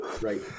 Right